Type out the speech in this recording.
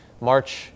March